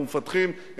אנחנו עושים את